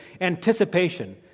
anticipation